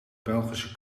belgische